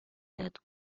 that